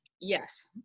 Yes